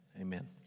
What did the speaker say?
Amen